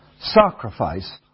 sacrifice